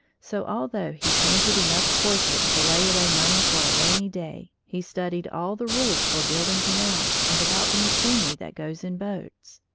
so although he painted enough portraits to lay away money for a rainy day, he studied all the rules for building canals and about the machinery that goes in boats.